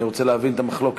אני רוצה להבין את המחלוקת.